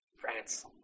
France